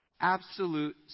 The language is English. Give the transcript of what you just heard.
absolute